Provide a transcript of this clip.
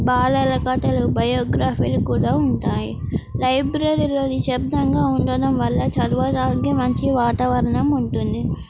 బాలలకథలు బయోగ్రఫీలు కూడా ఉంటాయి లైబ్రరీలో నిశబ్దంగా ఉండడం వల్ల చదవడానికి మంచి వాతావరణం ఉంటుంది